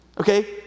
Okay